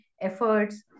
efforts